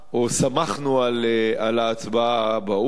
או ששמחנו על ההצבעה באו"ם,